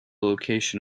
location